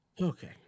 Okay